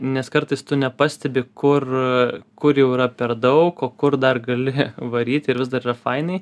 nes kartais tu nepastebi kur kur jau yra per daug o kur dar gali varyti ir vis dar yra fainiai